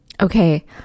Okay